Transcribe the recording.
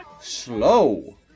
slow